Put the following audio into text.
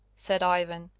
said ivan,